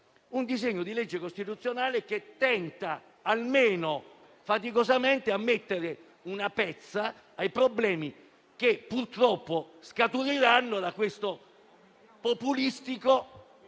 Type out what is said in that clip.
un disegno di legge costituzionale che tenta faticosamente di mettere una pezza ai problemi che purtroppo scaturiranno da questo populistico